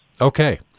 Okay